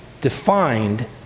defined